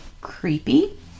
creepy